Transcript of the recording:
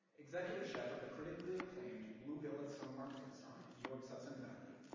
executive chef of the critically-acclaimed blue hill at stone barns restaurant in new york's hudson valley,